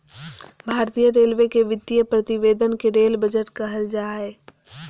भारतीय रेलवे के वित्तीय प्रतिवेदन के रेल बजट कहल जा हइ